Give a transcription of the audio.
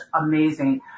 amazing